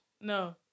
No